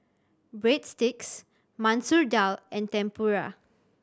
Breadsticks Masoor Dal and Tempura